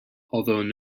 although